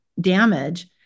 damage